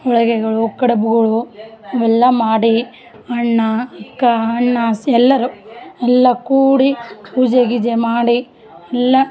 ಹೋಳಿಗೆಗಳು ಕಡುಬುಗಳು ಅವೆಲ್ಲ ಮಾಡಿ ಅಣ್ಣ ಅಕ್ಕಾ ಅಣ್ಣ ಸಹ ಎಲ್ಲರು ಎಲ್ಲ ಕೂಡಿ ಪೂಜೆ ಗೀಜೆ ಮಾಡಿ ಎಲ್ಲ